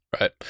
Right